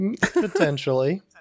Potentially